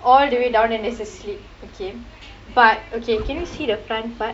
all the way down and there's a slit okay but okay can you see the front part